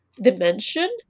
dimension